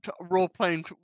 role-playing